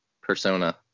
persona